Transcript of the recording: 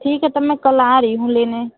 ठीक है तब मैं कल आ रही हूँ लेने